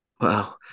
wow